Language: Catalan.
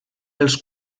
dels